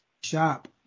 shop